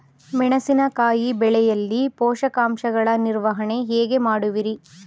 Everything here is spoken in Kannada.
ಮೆಣಸಿನಕಾಯಿ ಬೆಳೆಯಲ್ಲಿ ಪೋಷಕಾಂಶಗಳ ನಿರ್ವಹಣೆ ಹೇಗೆ ಮಾಡುವಿರಿ?